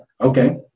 Okay